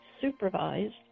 supervised